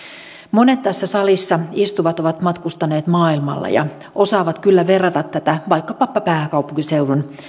monet tässä salissa istuvat ovat matkustaneet maailmalla ja osaavat kyllä verrata vaikkapa pääkaupunkiseudun